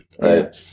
right